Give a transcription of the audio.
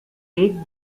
take